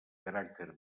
caràcter